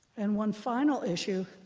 and one final issue.